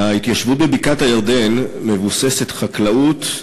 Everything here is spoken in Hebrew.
ההתיישבות בבקעת-הירדן מבוססת חקלאות,